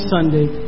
Sunday